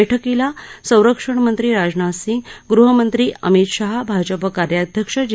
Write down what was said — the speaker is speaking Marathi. बैठकीला संरक्षण मंत्री राजनाथ सिंह यांच्याखेरीज गृहमंत्री अमित शहा भाजपा कार्याध्यक्ष जे